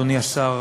אדוני השר,